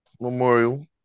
memorial